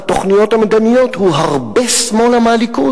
בתוכניות המדיניות הוא הרבה שמאלה מהליכוד,